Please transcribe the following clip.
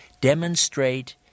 demonstrate